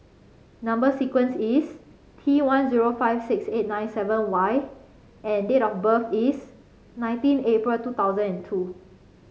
number sequence is T one zero five six eight nine seven Y and date of birth is nineteen April two thousand and two